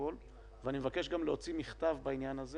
בפרוטוקול וגם להוציא מכתב בעניין הזה